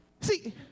See